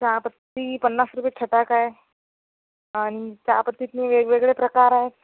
चहा पत्ती पन्नास रुपये छटाक आहे आणि चहा पत्तीत वेगवेगळे प्रकार आहेत